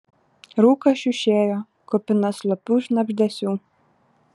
rūkas šiušėjo kupinas slopių šnabždesių